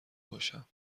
باشم